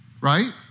right